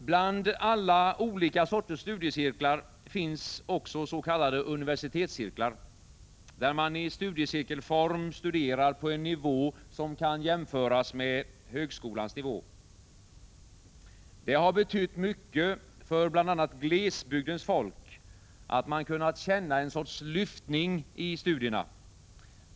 Bland alla olika sorters studiecirklar finns också s.k. universitetscirklar, där man i studiecirkelform studerar på en nivå som kan jämföras med högskolans. Det har betytt mycket för bl.a. glesbygdens folk att man kunnat känna en sorts ”lyftning” i studierna.